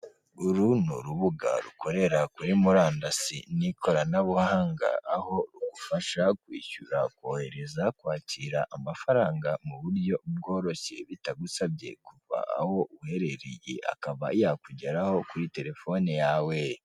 Uru ni urubuga rukorera kuri murandasi n'ikoranabuhanga, aho rigufasha kwishyura, kohereza, kwakira amafaranga, mu buryo bworoshye bitagusabye kuva aho uherereye akaba yakugeraho kuri telefone yawe.